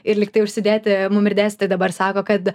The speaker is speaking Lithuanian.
ir lygtai užsidėti mum ir dėstytojai dabar sako kad